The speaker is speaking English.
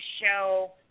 show